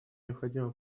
необходимо